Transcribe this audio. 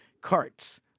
carts